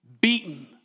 beaten